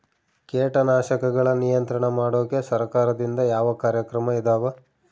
ಕೇಟನಾಶಕಗಳ ನಿಯಂತ್ರಣ ಮಾಡೋಕೆ ಸರಕಾರದಿಂದ ಯಾವ ಕಾರ್ಯಕ್ರಮ ಇದಾವ?